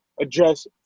address